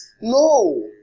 No